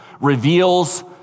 reveals